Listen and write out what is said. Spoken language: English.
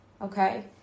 Okay